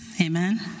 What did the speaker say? Amen